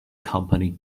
company